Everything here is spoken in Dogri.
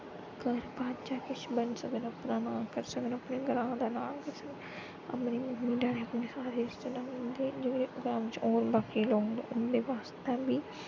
कर बाच किश बनी सकन अपने नांऽ करी सकन न अपने ग्रां दा नांऽ करी सकन अपने मम्मी डैडी अपने सारे रिश्तेदारे दे फैम्ली दे बाकी लोग ने उंदे बास्तै बी